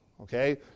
okay